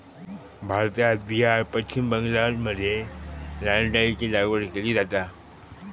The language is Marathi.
भारतात बिहार, पश्चिम बंगालमध्ये लाल डाळीची लागवड केली जाता